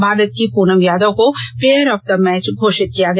भारत की पुनम यादव को player of the match घोषित किया गया